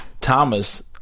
thomas